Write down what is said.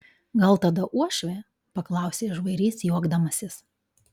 gal tada uošvė paklausė žvairys juokdamasis